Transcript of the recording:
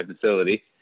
facility